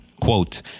Quote